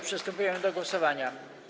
Przystępujemy do głosowania.